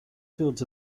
fields